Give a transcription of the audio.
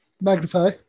Magnify